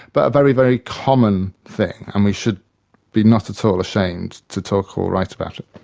but a very, very common thing, and we should be not at so all ashamed to talk or write about it.